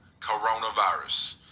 coronavirus